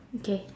okay